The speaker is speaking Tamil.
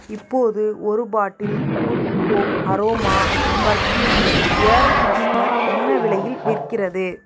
இப்போது ஒரு bottle Good Home Aroma perfumed air freshener என்ன விலையில் விற்கிறது